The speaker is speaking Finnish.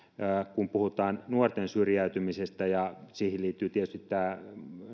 kun puhutaan nuorten syrjäytymisestä siihen liittyvät tietysti nämä